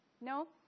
No